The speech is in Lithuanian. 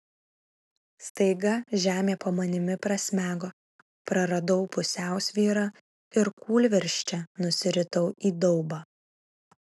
staiga žemė po manimi prasmego praradau pusiausvyrą ir kūlvirsčia nusiritau į daubą